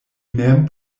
mem